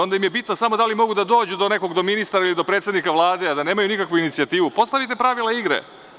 Onda im je bitno samo da li mogu da dođu do nekog, do ministra ili do predsednika Vlade, a da nemaju nikakvu inicijativu, postavite pravila igre.